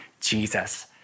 Jesus